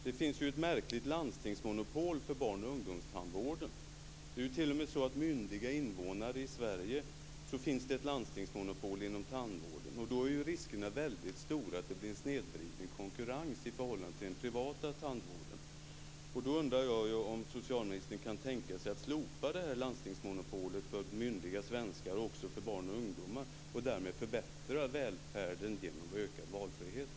Det finns ett märkligt landstingsmonopol på barn och ungdomstandvård. T.o.m. för myndiga invånare i Sverige finns ett landstingsmonopol inom tandvården. Det är då väldigt stor risk för att det blir en snedvriden konkurrens i förhållande till den privata tandvården.